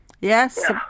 Yes